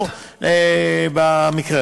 אנחנו יכולים לנסות לעזור במקרה הזה.